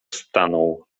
stanął